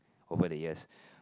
over the years